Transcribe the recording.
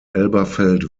elberfeld